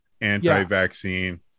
anti-vaccine